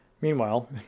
Meanwhile